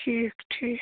ٹھیٖک ٹھیٖک